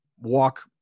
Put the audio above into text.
walk